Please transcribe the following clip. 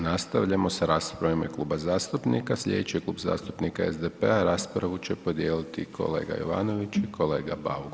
Nastavljamo sa raspravom u ime kluba zastupnika, slijedeći je Klub zastupnika SDP-a, raspravu će podijeliti kolega Jovanović i kolega Bauk.